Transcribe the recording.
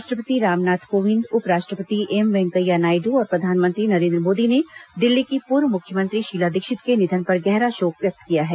राष्ट्रपति रामनाथ कोविंद उप राष्ट्रपति एम वैंकेया नायडू और प्रधानमंत्री नरेन्द्र मोदी ने दिल्ली की पूर्व मुख्यमंत्री शीला दीक्षित के निधन पर गहरा शोक व्यक्त किया है